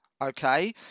Okay